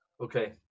Okay